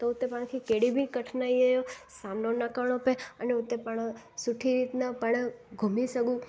त उते पाण खे कहिड़ी बि कठिनाई जो सामिनो न करिणो पए अने उते पाण सुठी रीति ना पाण घुमी सघूं